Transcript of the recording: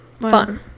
Fun